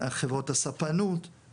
חברות הספנות,